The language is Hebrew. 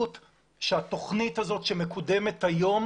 באחריות שהתוכנית הזאת שמקודמת היום